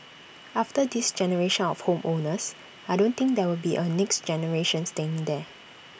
after this generation of home owners I don't think there will be A next generation staying there